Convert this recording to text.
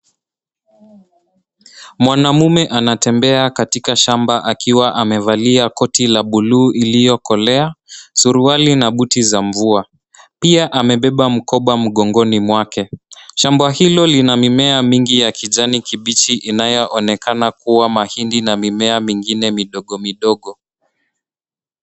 Mwanamume anatembea katika shamba akiwa amevalia koti la bluu iliyokolea, suruali na buti za mvua, pia amebeba mkoba mgongoni mwake. Shamba hilo lina mimea mingi ya kijani kibichi inayoonekana kuwa mahindi na mimea mingine midogo midogo.